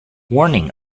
warning